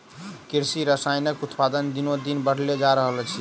कृषि रसायनक उत्पादन दिनोदिन बढ़ले जा रहल अछि